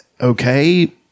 okay